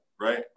right